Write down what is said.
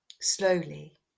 Slowly